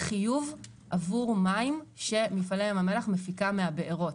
חיוב עבור מים שמפעלי ים המלח מפיקה מהבארות.